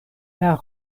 per